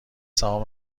سهام